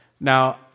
Now